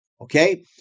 Okay